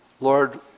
Lord